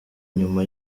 nyuma